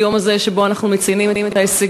היום הזה שבו אנחנו מציינים את ההישגים.